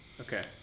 okay